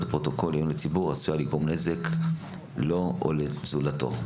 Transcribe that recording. הפרוטוקול לעיון הציבור עשויה לגרום נזק לו או לזולתו.